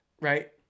right